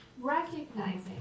recognizing